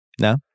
No